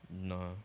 No